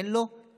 אין לו כלים.